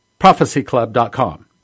prophecyclub.com